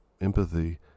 empathy